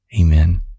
Amen